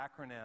acronym